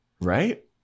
Right